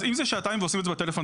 בשנתיים האחרונות הם בשביתה.